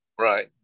Right